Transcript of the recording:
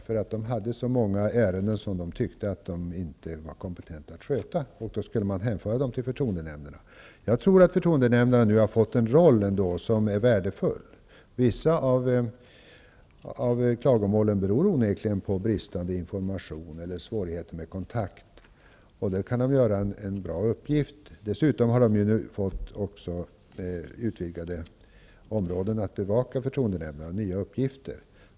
Dessa organ hade så många ärenden som de tyckte att de inte var kompetenta att sköta. De ärendena skulle då hänföras till förtroendenämnderna. Jag tror att förtroendenämnderna nu har fått en roll som är värdefull. Vissa av klagomålen beror onekligen på bristande information eller svårigheter med kontakt. Där kan de fullgöra en bra uppgift. Dessutom har förtroendenämnderna nu fått större områden att bevaka, nya uppgifter.